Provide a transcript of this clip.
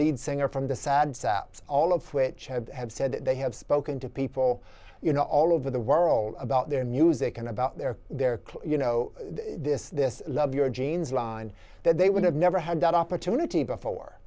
lead singer from the sad sops all of which have said that they have spoken to people you know all over the world about their music and about their their clothes you know this this love your jeans line that they would have never had that opportunity before